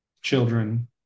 children